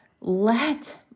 let